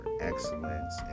excellence